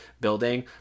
building